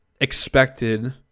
expected